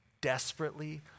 desperately